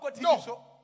no